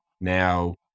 now